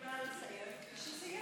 לומר "נא לסיים" כשסיימתי.